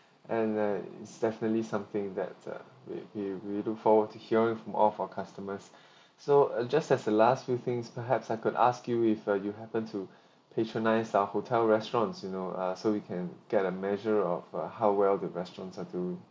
and uh it's definitely something that uh we we we look forward to hearing from all of our customers so uh just as the last few things perhaps I could ask you if uh you happened to patronise our hotel restaurants you know uh so we can get a measure of uh how well the restaurant are do